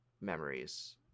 memories